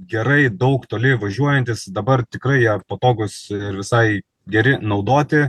gerai daug toli važiuojantys dabar tikrai jie patogūs ir visai geri naudoti